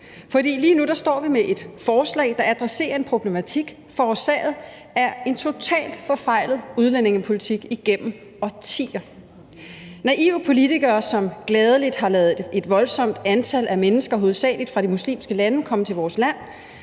For lige nu står vi med et forslag, der adresserer en problematik forårsaget af en total forfejlet udlændingepolitik igennem årtier ført af naive politikere, som gladeligt har ladet et voldsomt stort antal mennesker hovedsagelig fra de muslimske lande komme til vores land.